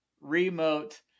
remote